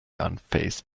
unfazed